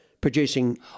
producing